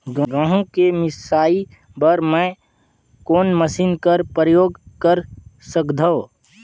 गहूं के मिसाई बर मै कोन मशीन कर प्रयोग कर सकधव?